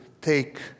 take